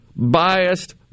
biased